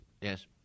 Yes